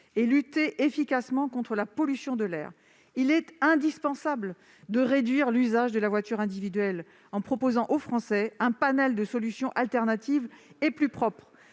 et lutter efficacement contre la pollution de l'air, il est indispensable de réduire l'usage de la voiture individuelle en proposant aux Français un panel de solutions alternatives et plus propres